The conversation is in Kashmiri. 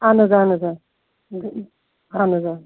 اَہَن حظ اَہَن حظ آ اَہَن حظ آ